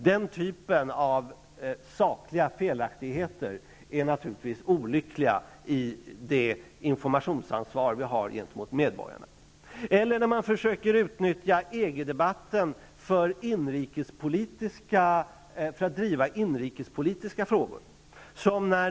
Den typen av sakliga felaktigheter är naturligtvis olycklig med tanke på det informationsansvar som vi har gentemot medborgarna. Det är beklagligt att man försöker utnyttja EG debatten för att driva inrikespolitiska frågor.